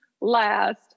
last